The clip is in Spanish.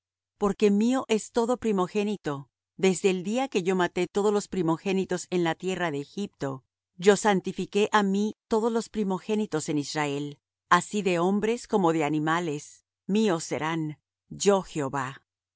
porque mío es todo primogénito desde el día que yo maté todos los primogénitos en la tierra de egipto yo santifiqué á mí todos los primogénitos en israel así de hombres como de animales míos serán yo jehová